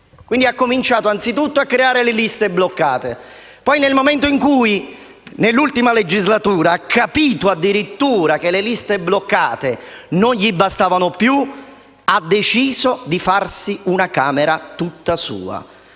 Quindi ha cominciato innanzitutto a creare le liste bloccate; poi, nel momento in cui, nell'ultima legislatura, ha capito addirittura che le liste bloccate non gli bastavano più, ha deciso di farsi una Camera tutta sua,